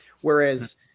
Whereas